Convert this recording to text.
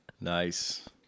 Nice